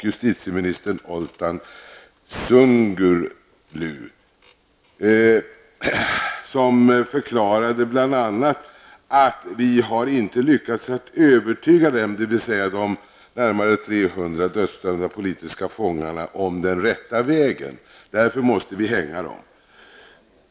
Dessa har bl.a. förklarat att man inte har lyckats att övertyga de närmare 300 dödsdömda fångarna om den rätta vägen och att man därför måste hänga dem.